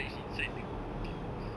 why it's inside the thing